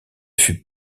fut